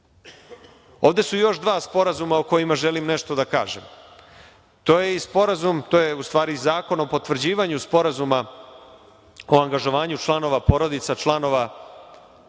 su još dva sporazuma o kojima želim nešto da kažem, to je sporazum, u stvari, Zakon o potvrđivanju Sporazuma o angažovanju članova porodica, članova